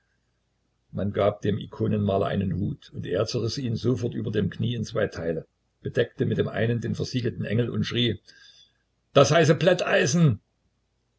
man gab dem ikonenmaler einen hut und er zerriß ihn sofort über dem knie in zwei teile bedeckte mit dem einen den versiegelten engel und schrie das heiße plätteisen